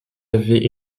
avaient